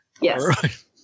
Yes